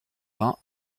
vingts